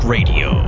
Radio